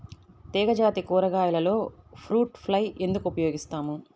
తీగజాతి కూరగాయలలో fruit fly ఎందుకు ఉపయోగిస్తాము?